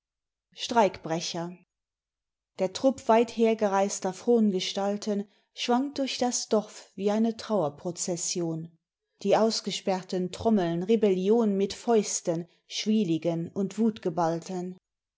streikbrecher der trupp weithergereister frongestalten schwankt durch das dorf wie eine trauerprozession die ausgesperrten trommeln rebellion mit fäusten schwieligen und